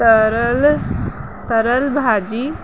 तरियल तरियल भाॼी